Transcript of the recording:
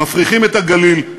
מפריחים את הגליל,